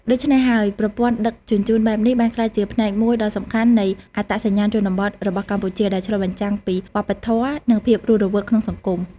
ដូច្នេះហើយ ប្រព័ន្ធដឹកជញ្ជូនបែបនេះបានក្លាយជាផ្នែកមួយដ៏សំខាន់នៃអត្តសញ្ញាណជនបទរបស់កម្ពុជា ដែលឆ្លុះបញ្ចាំងពីវប្បធម៌ និងភាពរស់រវើកក្នុងសង្គម។